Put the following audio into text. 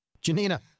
Janina